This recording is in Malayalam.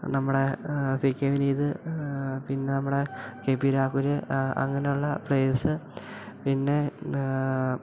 നമ്മുടെ സി കെ വിനീത് പിന്നെ നമ്മുടെ കെ പി രാഹുൽ അങ്ങനെയുള്ള പ്ലെയേഴ്സ് പിന്നെ എന്താ